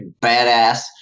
badass